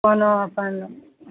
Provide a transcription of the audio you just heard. खाना अपन